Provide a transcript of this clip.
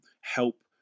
help